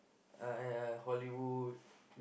uh ya Hollywood